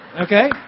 okay